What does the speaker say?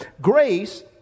grace